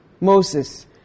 Moses